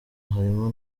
harimo